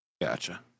Gotcha